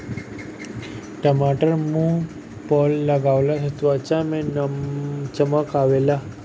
टमाटर मुंह पअ लगवला से त्वचा में चमक आवेला